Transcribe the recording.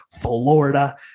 Florida